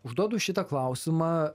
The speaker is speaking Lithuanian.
užduodu šitą klausimą